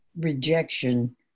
rejection